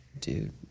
Dude